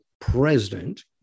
president